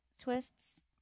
twists